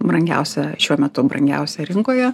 brangiausia šiuo metu brangiausia rinkoje